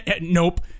Nope